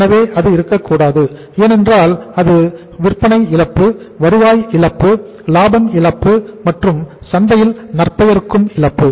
எனவே அது இருக்க கூடாது ஏனென்றால் அது விற்பனை இழப்பு வருவாய் இழப்பு லாபம் இழப்பு மற்றும் சந்தையில் நற்பெயருக்கு இழப்பு